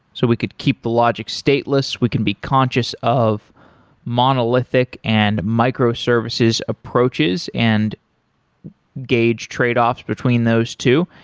so we could keep the logic stateless. we can be conscious of monolithic and micro services approaches and gauge trade-offs between those two.